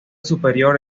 superior